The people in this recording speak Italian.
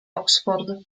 oxford